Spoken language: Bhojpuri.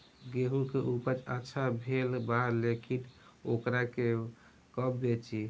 गेहूं के उपज अच्छा भेल बा लेकिन वोकरा के कब बेची?